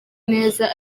neza